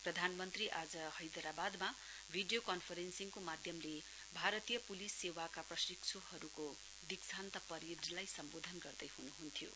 प्रधानमन्त्री आज हैदराबादमा भिडियो कन्फरेन्सीङको माध्यमले भारतीय पुलिस सेवाका प्रशिक्षुहरूको दीक्षान्त परेडलाई सम्बोधन गर्दैहुनुहुन्थ्यो